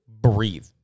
Breathe